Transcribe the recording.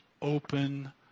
open